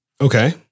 Okay